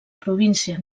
província